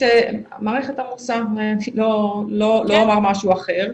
המערכת עמוסה, אני לא אומַר משהו אחר.